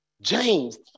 James